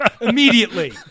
immediately